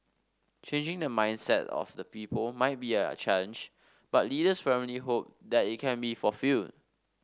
changing the mindset of the people might be a challenge but leaders firmly hope that it can be fulfilled